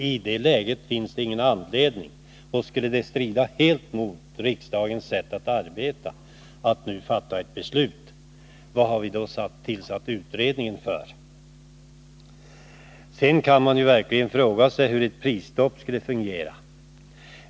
I det läget finns det ingen anledning att nu fatta ett beslut. Det skulle strida mot riksdagens sätt att arbeta. Varför har vi då tillsatt utredningen? Sedan kan man verkligen fråga sig hur ett prisstopp skulle fungera.